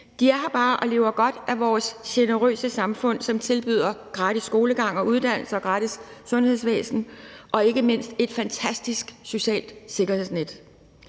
De er her bare og lever godt af vores generøse samfund, som tilbyder gratis skolegang og uddannelse og gratis sundhedsvæsen og ikke mindst et fantastisk socialt sikkerhedsnet.